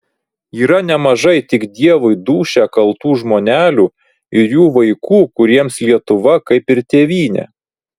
yra nemažai tik dievui dūšią kaltų žmonelių ir jų vaikų kuriems lietuva kaip ir tėvynė